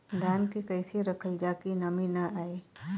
धान के कइसे रखल जाकि नमी न आए?